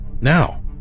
Now